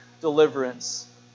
deliverance